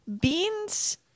Beans